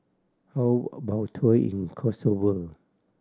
how about a tour in Kosovo